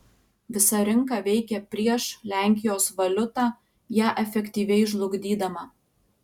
visa rinka veikė prieš lenkijos valiutą ją efektyviai žlugdydama